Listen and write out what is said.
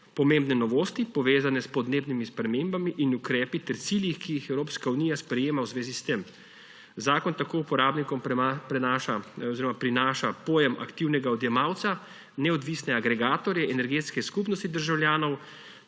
pomembne novosti, povezane s podnebnimi spremembami in ukrepi ter ciljih, ki jih Evropska unija sprejema v zvezi s tem. Zakon tako uporabnikom prinaša pojem aktivnega odjemalca, neodvisne agregatorje, energetske skupnosti državljanov,